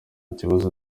kibazo